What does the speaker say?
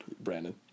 Brandon